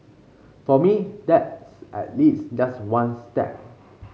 for me that's at least just one step